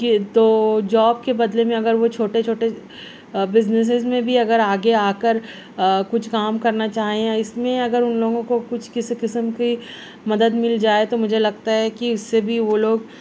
کہ تو جاب کے بدلے میں اگر وہ چھوٹے چھوٹے بزنیسز میں بھی اگر آگے آ کر کچھ کام کرنا چاہیں یا اس میں اگر ان لوگوں کو کچھ کسی قسم کی مدد مل جائے تو مجھے لگتا ہے کہ اس سے بھی وہ لوگ